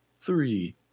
three